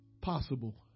possible